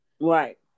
Right